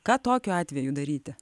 ką tokiu atveju daryti